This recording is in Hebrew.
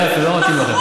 אפס